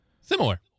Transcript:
Similar